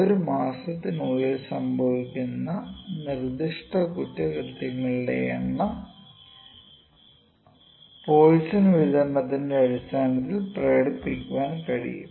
ഒരു മാസത്തിനുള്ളിൽ സംഭവിക്കുന്ന നിർദ്ദിഷ്ട കുറ്റകൃത്യങ്ങളുടെ എണ്ണം പോയിസൺ വിതരണത്തിന്റെ അടിസ്ഥാനത്തിൽ പ്രകടിപ്പിക്കാൻ കഴിയും